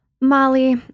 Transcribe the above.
Molly